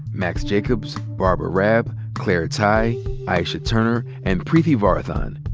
max jacobs, barbara raab, claire tighe, aisha turner, and preeti varathan.